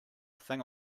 thing